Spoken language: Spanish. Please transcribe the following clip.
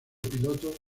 pilotos